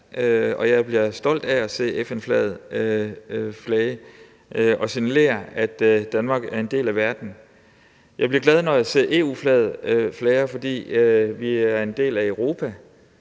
og jeg bliver stolt af at se FN-flaget vaje og signalere, at Danmark er en del af verden. Jeg bliver glad, når jeg ser EU-flaget vaje, fordi vi er en del af Europa.